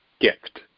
gift